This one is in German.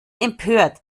empört